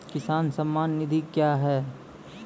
किसान सम्मान निधि क्या हैं?